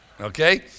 okay